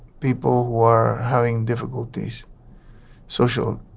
people were having difficulties social.